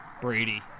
Brady